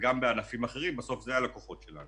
וגם בענפים אחרים, בסוף זה הלקוחות שלנו.